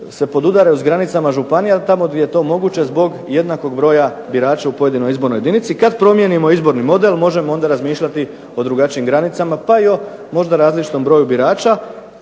se podudaraju s granicama županija, a tamo gdje je to moguće zbog jednakog broja birača u pojedinoj izbornoj jedinici. Kad promijenimo izborni model možemo onda razmišljati o drugačijim granicama, pa i o možda različitom broju birača